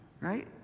Right